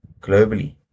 globally